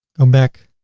go back